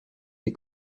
des